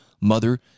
mother